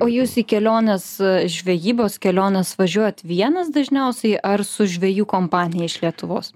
o jūs į keliones žvejybos keliones važiuojat vienas dažniausiai ar su žvejų kompanija iš lietuvos